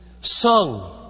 sung